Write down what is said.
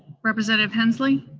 representative hensley?